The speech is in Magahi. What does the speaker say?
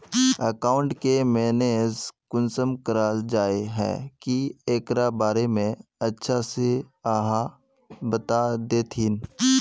अकाउंट के मैनेज कुंसम कराल जाय है की एकरा बारे में अच्छा से आहाँ बता देतहिन?